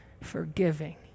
forgiving